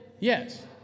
yes